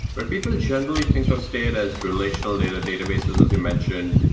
but people generally think of state as relational data databases, as you mentioned,